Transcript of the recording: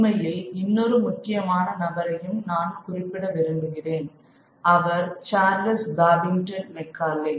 உண்மையில் இன்னொரு முக்கியமான நபரையும் நான் குறிப்பிட விரும்புகிறேன் அவர் சார்லஸ் பாபிங்டன் மெக்காலே